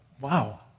wow